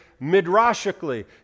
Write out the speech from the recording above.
midrashically